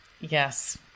Yes